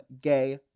gay